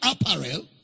apparel